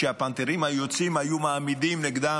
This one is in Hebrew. כשהפנתרים היו יוצאים היו מעמידים נגדם,